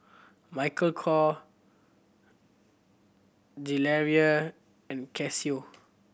Michael Kor Gilera and Casio